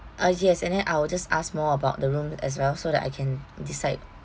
uh yes and then I will just ask more about the room as well so that I can decide